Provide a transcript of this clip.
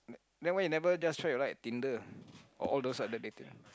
then why you never just try your luck at tinder or all those other dating